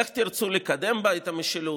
איך תרצו לקדם בה את המשילות,